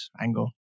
angle